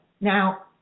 now